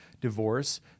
divorce